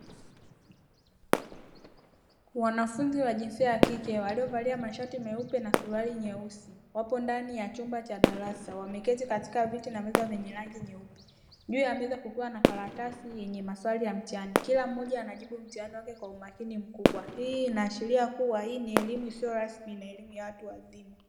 Wanafunzi wa jinsia ya kike waliovalia mashati meupe na suruali nyeusi, wapo ndani ya chumba cha darasa wameketi katika viti na meza zenye rangi nyeupe. Juu ya meza kukiwa na karatasi yenye maswali ya mtihani, kila mmoja anajibu mtihani wake kwa umakini mkubwa. Hii inaashiria kuwa hii ni elimu isiyo rasmi na elimu ya watu wazima.